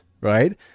right